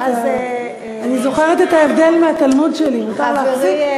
אני זוכרת את ההבדל מהתלמוד שלי: מותר להחזיק,